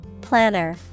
Planner